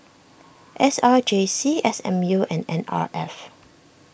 S R J C S M U and N R F